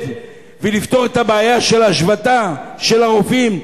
ולפתור את הבעיה של ההשבתה של הרופאים,